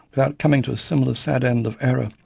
without coming to a similar sad end of error,